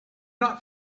not